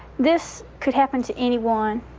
this could happen to anyone,